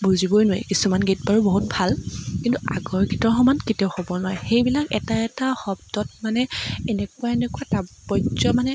বুজিবই নোৱাৰি কিছুমান গীত বাৰু বহুত ভাল কিন্তু আগৰ গীতৰ সমান কেতিয়াও হ'ব নোৱাৰে সেইবিলাক এটা এটা শব্দত মানে এনেকুৱা এনেকুৱা তাৎপৰ্য মানে